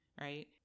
right